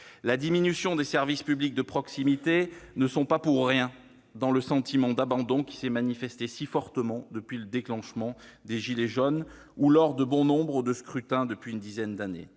La diminution des services publics de proximité n'est pas pour rien dans le sentiment d'abandon qui s'est manifesté si fortement depuis le déclenchement du mouvement des gilets jaunes, ou lors de bon nombre de scrutins depuis une dizaine d'années.